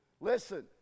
listen